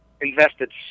invested